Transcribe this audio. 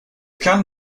can